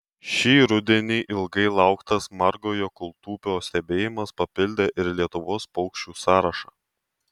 šį rudenį ilgai lauktas margojo kūltupio stebėjimas papildė ir lietuvos paukščių sąrašą